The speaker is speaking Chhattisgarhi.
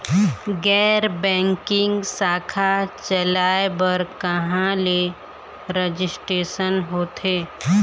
गैर बैंकिंग शाखा चलाए बर कहां ले रजिस्ट्रेशन होथे?